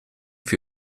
für